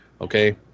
Okay